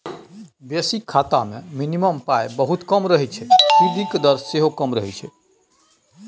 basic खाता मे minimum पाइ बहुत कम रहय छै सुदिक दर सेहो कम रहय छै